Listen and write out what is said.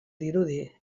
dirudi